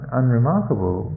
unremarkable